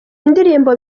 indirimbo